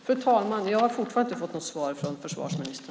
Fru talman! Jag har fortfarande inte fått något svar från försvarsministern.